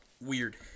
Weird